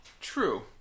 True